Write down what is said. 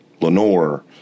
Lenore